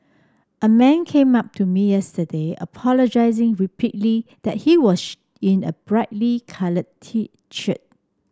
a man came up to me yesterday apologising repeatedly that he in a brightly coloured